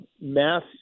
mass